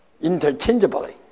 interchangeably